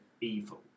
evil